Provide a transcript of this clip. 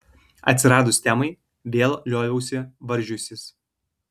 atsiradus temai vėl lioviausi varžiusis